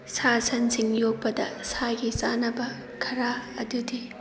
ꯁꯥ ꯁꯟꯁꯤꯡ ꯌꯣꯛꯄꯗ ꯁꯥꯒꯤ ꯆꯥꯅꯕ ꯈꯔ ꯑꯗꯨꯗꯤ